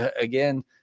again